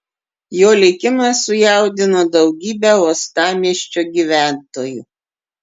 jo likimas sujaudino daugybę uostamiesčio gyventojų